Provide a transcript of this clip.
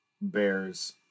Bears